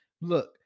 Look